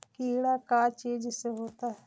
कीड़ा का चीज से होता है?